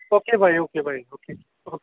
okay bye okay bye okay O